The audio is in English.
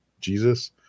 Jesus